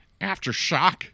aftershock